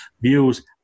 views